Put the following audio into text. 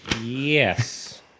Yes